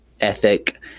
ethic